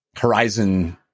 Horizon